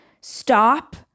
Stop